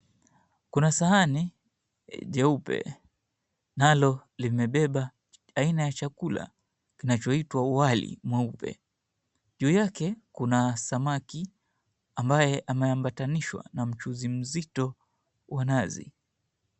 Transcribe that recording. Kuna sahani jeupe. Nalo limebeba aina ya chakula kinachoitwa wali mweupe. Juu yake kuna samaki ambaye ameambatanishwa na mchuzi mzito wa nazi.